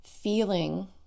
Feeling